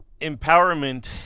Empowerment